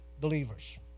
believers